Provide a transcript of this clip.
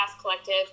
Collective